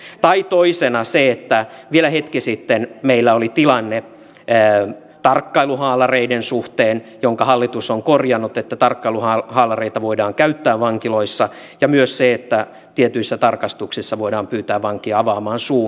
toisena on se että vielä hetki sitten meillä oli tilanne tarkkailuhaalareiden suhteen jonka hallitus on korjannut että tarkkailuhaalareita voidaan käyttää vankiloissa ja myös se että tietyissä tarkastuksissa voidaan pyytää vankia avaamaan suu